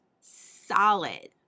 solid